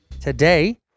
Today